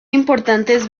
importantes